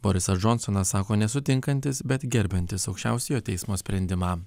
borisas džonsonas sako nesutinkantis bet gerbiantis aukščiausiojo teismo sprendimą